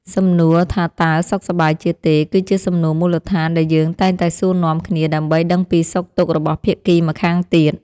សំណួរថាតើសុខសប្បាយជាទេ គឺជាសំណួរមូលដ្ឋានដែលយើងតែងតែសួរនាំគ្នាដើម្បីដឹងពីសុខទុក្ខរបស់ភាគីម្ខាងទៀត។